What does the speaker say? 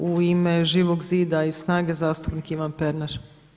U ime Živog zida i SNAGA-e zastupnik Ivan Pernar.